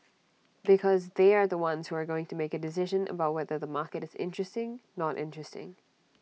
because they are the ones who are going to make A decision about whether the market is interesting not interesting